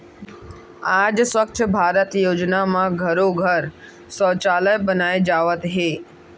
आज स्वच्छ भारत योजना म घरो घर सउचालय बनाए जावत हे